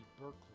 Berkeley